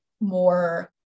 more